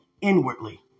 inwardly